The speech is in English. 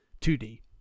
2D